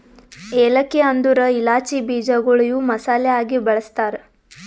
ಏಲಕ್ಕಿ ಅಂದುರ್ ಇಲಾಚಿ ಬೀಜಗೊಳ್ ಇವು ಮಸಾಲೆ ಆಗಿ ಬಳ್ಸತಾರ್